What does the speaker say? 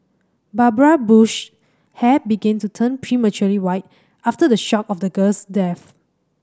Barbara Bush's hair began to turn prematurely white after the shock of the girl's death